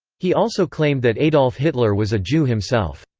he also claimed that adolf hitler was a jew himself.